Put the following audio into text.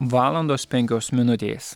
valandos penkios minutės